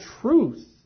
truth